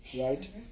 right